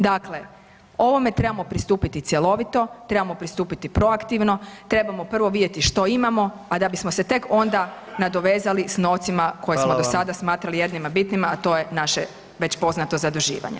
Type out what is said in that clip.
Dakle, ovome trebamo pristupiti cjelovito, trebamo pristupiti proaktivno, trebamo prvo vidjeti što imamo, a da bismo se tek onda nadovezali s novcima koje smo do sada smatrali jednima bitnima, a to je naše već poznato zaduživanje.